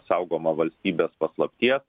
saugoma valstybės paslapties